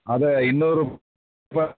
ಅದೇ ಇನ್ನೂರು